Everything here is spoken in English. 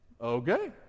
Okay